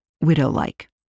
widow-like